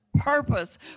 purpose